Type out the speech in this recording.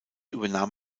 übernahm